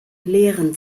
lehren